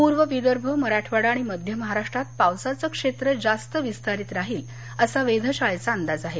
पूर्व विदर्भ मराठवाडा आणि मध्य महाराष्ट्रात पावसाचं क्षेत्र जास्त विस्तारित राहील असा वेधशाळेचा अंदाज आहे